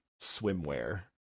swimwear